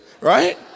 right